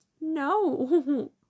no